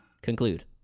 conclude